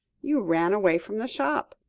you ran away from the shop.